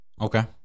Okay